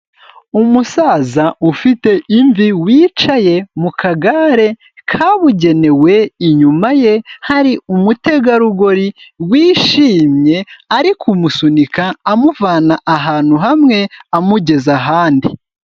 Umusaza ufite imvi wicaye mu kagare kabugenewe, inyuma ye hari umutegarugori wishimye ari kumusunika, amuvana ahantu hamwe amugeza ahandi.